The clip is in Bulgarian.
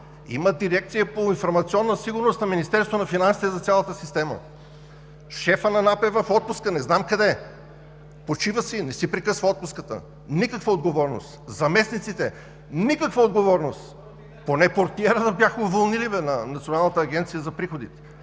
има дирекция по информационна сигурност в Министерството на финансите за цялата система. Шефът на НАП е в отпуск – не знам къде, почива си, не си прекъсва отпуска. Никаква отговорност! Заместниците – никаква отговорност! Поне портиера да бяха уволнили на Националната агенция за приходите.